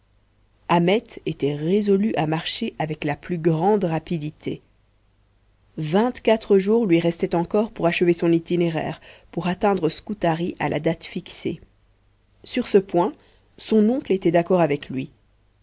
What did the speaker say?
ahmet était résolu à marcher avec la plus grande rapidité vingt-quatre jours lui restaient encore pour achever son itinéraire pour atteindre scutari à la date fixée sur ce point son oncle était d'accord avec lui